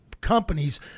companies